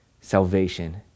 salvation